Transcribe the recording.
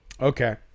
Okay